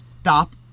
stop